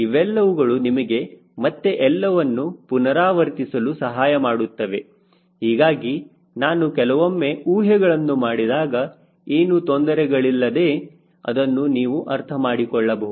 ಇವೆಲ್ಲವುಗಳು ನಿಮಗೆ ಮತ್ತೆ ಎಲ್ಲವನ್ನು ಪುನರಾವರ್ತಿಸಲು ಸಹಾಯಮಾಡುತ್ತವೆ ಹೀಗಾಗಿ ನಾನು ಕೆಲವೊಂದು ಊಹೆಗಳನ್ನು ಮಾಡಿದಾಗ ಏನು ತೊಂದರೆಗಳಿಲ್ಲದೆ ಅದನ್ನು ನೀವು ಅರ್ಥ ಮಾಡಿಕೊಳ್ಳಬಹುದು